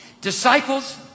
Disciples